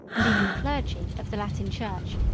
and even the clergy, of the latin church,